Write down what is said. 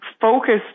focused